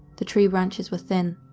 the tree branches were thin,